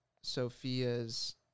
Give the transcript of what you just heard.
Sophia's